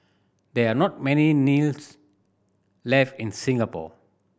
there are not many left in Singapore